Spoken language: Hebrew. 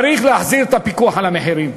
צריך להחזיר את הפיקוח על המחירים.